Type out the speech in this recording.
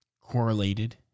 correlated